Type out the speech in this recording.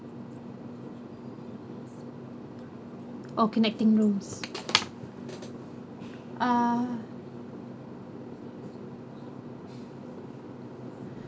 or connecting rooms ah